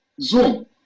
zoom